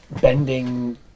bending